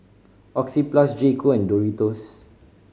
Oxyplus J Co and Doritos